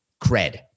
cred